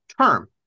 term